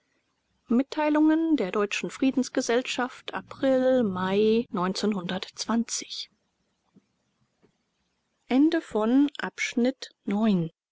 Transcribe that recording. mitteilungen der deutschen friedensgesellschaft august